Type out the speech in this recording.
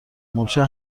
مورچه